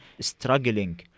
struggling